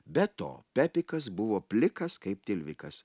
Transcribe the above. be to pepikas buvo plikas kaip tilvikas